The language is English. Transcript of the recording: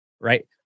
right